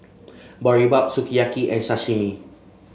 Boribap Sukiyaki and Sashimi